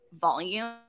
volume